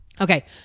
okay